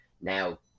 now